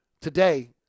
today